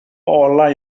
olau